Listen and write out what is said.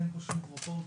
אין פה שום פרופורציות,